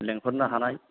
लिंहरनो हानाय